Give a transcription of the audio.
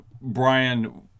Brian